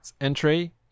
entry